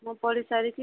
ମୁଁ ପଢ଼ି ସାରିକି